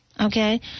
okay